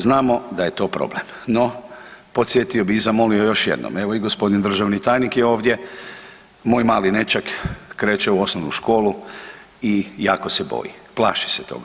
Znamo da je to problem, no podsjetio bi i zamolio još jednom, evo i gospodin državni tajnik je ovdje, moj mali nećak kreće u osnovnu školu i jako se boji, plaši se toga.